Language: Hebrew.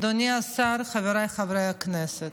אדוני השר, חבריי חברי הכנסת,